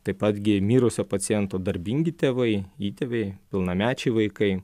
taip pat gi mirusio paciento darbingi tėvai įtėviai pilnamečiai vaikai